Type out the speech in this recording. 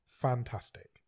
Fantastic